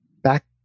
back